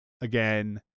again